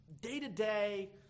day-to-day